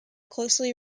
closely